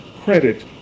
credit